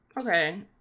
okay